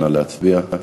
נא להצביע.